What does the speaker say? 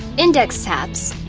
index tabs